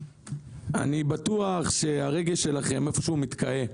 אני בטוח שהרגש שלכם איפשהו מתקהה,